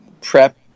prep